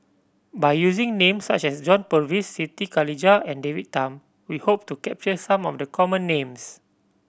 by using names such as John Purvis Siti Khalijah and David Tham we hope to capture some of the common names